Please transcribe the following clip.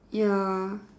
ya